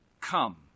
come